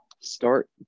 Start